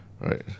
Right